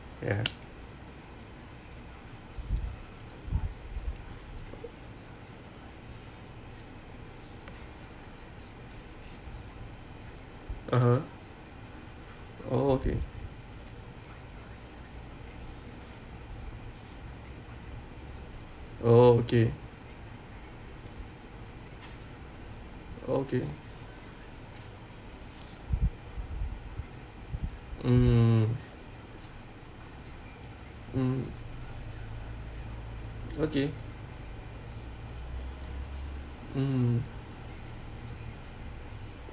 ya (uh huh) oh okay oh okay okay hmm mm okay mm